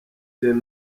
des